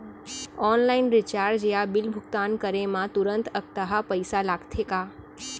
Online recharge या bill भुगतान करे मा तुरंत अक्तहा पइसा लागथे का?